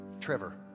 Trevor